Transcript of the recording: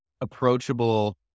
approachable